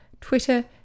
Twitter